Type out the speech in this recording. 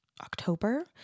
October